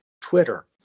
Twitter